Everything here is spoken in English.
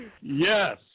yes